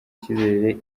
icyizere